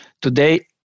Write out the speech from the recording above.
today